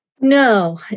No